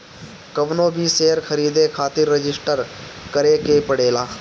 कवनो भी शेयर खरीदे खातिर रजिस्टर करे के पड़ेला